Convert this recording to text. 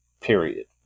period